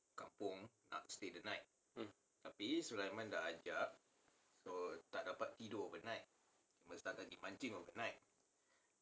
mm